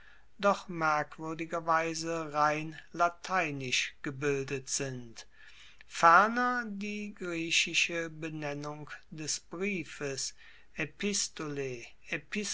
doch merkwuerdigerweise rein lateinisch gebildet sind ferner die griechische benennung des briefes